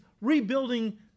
rebuilding